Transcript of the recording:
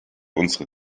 unsere